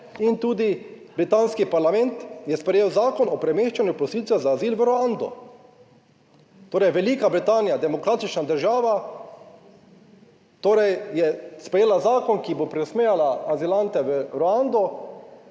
in tudi britanski parlament je sprejel Zakon o premeščanju prosilcev za azil v Ruando. Torej Velika Britanija demokratična država, torej je sprejela zakon, ki bo preusmerjala azilante v Ruando,